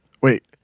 Wait